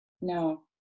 No